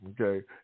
Okay